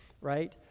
right